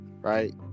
Right